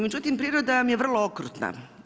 Međutim, priroda vam je vrlo okrutna.